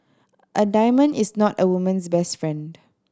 a diamond is not a woman's best friend